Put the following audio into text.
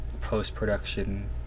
post-production